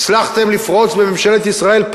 הצלחתם לפרוץ בממשלת ישראל,